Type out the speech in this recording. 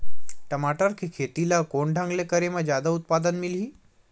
टमाटर के खेती ला कोन ढंग से करे म जादा उत्पादन मिलही?